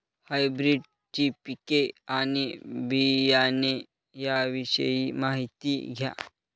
हायब्रिडची पिके आणि बियाणे याविषयी माहिती द्या